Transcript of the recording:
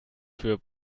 für